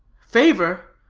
favor?